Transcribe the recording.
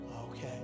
okay